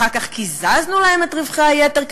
אחר כך קיזזנו להם את רווחי היתר,